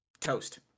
toast